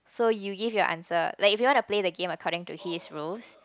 so you give your answers like if you wanna play the game according to his rules